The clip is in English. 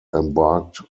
embarked